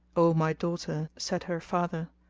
o my daughter, said her father,